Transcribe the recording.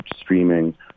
streaming